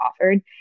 offered